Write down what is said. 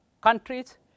countries